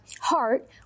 heart